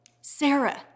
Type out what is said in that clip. Sarah